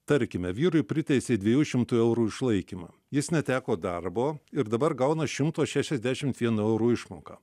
tarkime vyrui priteisė dviejų šimtų eurų išlaikymą jis neteko darbo ir dabar gauna šimto šešiasdešim vieno euro išmoką